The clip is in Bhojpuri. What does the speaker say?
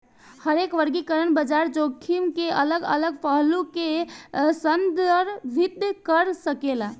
हरेक वर्गीकरण बाजार जोखिम के अलग अलग पहलू के संदर्भित कर सकेला